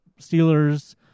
Steelers